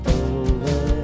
over